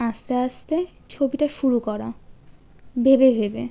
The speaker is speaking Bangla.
আস্তে আস্তে ছবিটা শুরু করা ভেবে ভেবে